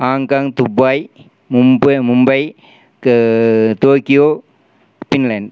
Hong Kong Dubai Mumbai Mumbai Tokyo Finland